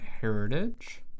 heritage